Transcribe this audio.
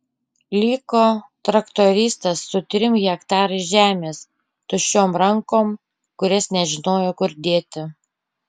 liko traktoristas su trim hektarais žemės tuščiom rankom kurias nežinojo kur dėti